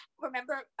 remember